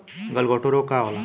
गलघोंटु रोग का होला?